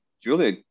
Julia